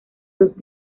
dos